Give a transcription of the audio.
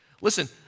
Listen